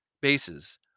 bases